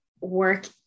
work